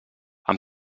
amb